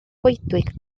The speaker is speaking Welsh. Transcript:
goedwig